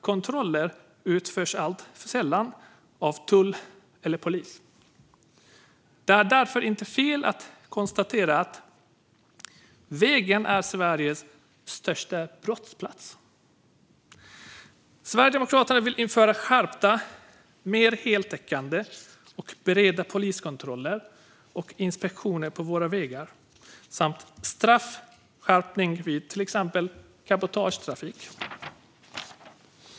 Kontroller utförs alltför sällan av tull eller polis. Det är därför inte fel att konstatera att vägen är Sveriges största brottsplats. Sverigedemokraterna vill införa skärpta, mer heltäckande och bredare poliskontroller och inspektioner på våra vägar samt straffskärpning vid exempelvis cabotagetrafik.